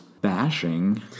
bashing